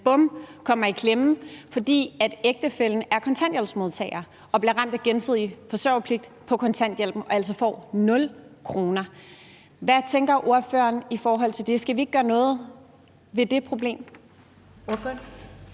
– kommer i klemme, fordi ægtefællen er kontanthjælpsmodtager og bliver ramt af gensidig forsørgerpligt på kontanthjælpen og altså får 0 kr. Hvad tænker ordføreren i forhold til det? Skal vi ikke gøre noget ved det problem?